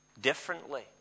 differently